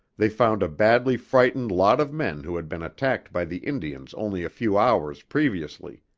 they found a badly frightened lot of men who had been attacked by the indians only a few hours previously.